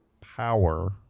power